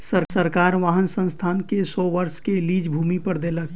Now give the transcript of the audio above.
सरकार वाहन संस्थान के सौ वर्ष के लीज भूमि पर देलक